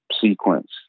sequence